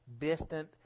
distant